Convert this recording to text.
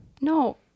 No